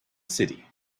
city